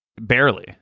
Barely